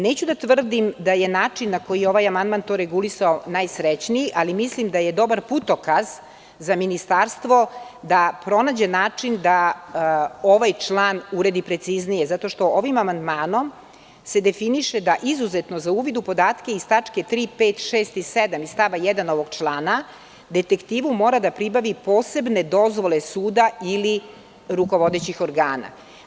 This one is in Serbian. Neću da tvrdim da je način na koji je ovaj amandman to regulisao najsrećniji, ali mislim da je dobar putokaz za Ministarstvo da pronađe način da ovaj član uredi preciznije, zato što se ovim amandmanom definiše da izuzetno za uvid u podatke iz tačaka 3, 5, 6. i 7. i stava 1. ovog člana detektivu mora da pribavi posebne dozvole suda ili rukovodećih organa.